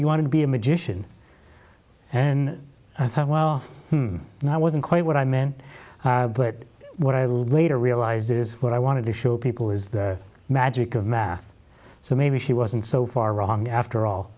you want to be a magician then i thought well no i wasn't quite what i meant but what i later realized is what i wanted to show people is the magic of math so maybe she wasn't so far wrong after all